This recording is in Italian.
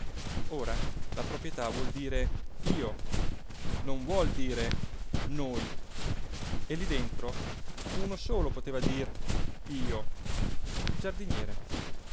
ora la proprietà vuol dire io non vuol dire noi e lí dentro uno solo poteva dir io il giardiniere